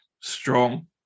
strong